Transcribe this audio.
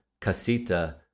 casita